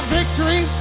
victory